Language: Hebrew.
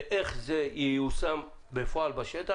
ואיך זה ייושם בפועל בשטח.